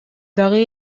дагы